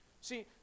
See